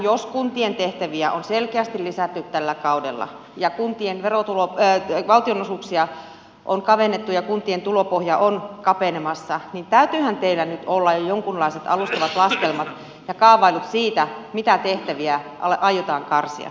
jos kuntien tehtäviä on selkeästi lisätty tällä kaudella ja valtionosuuksia on kavennettu ja kuntien tulopohja on kapenemassa niin täytyyhän teillä nyt olla jo jonkunlaiset alustavat laskelmat ja kaavailut siitä mitä tehtäviä aiotaan karsia